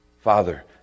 Father